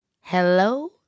Hello